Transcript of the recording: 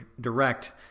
Direct